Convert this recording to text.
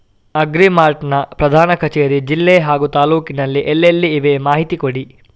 Agri mart ನ ಪ್ರಧಾನ ಕಚೇರಿ ಜಿಲ್ಲೆ ಹಾಗೂ ತಾಲೂಕಿನಲ್ಲಿ ಎಲ್ಲೆಲ್ಲಿ ಇವೆ ಮಾಹಿತಿ ಕೊಡಿ?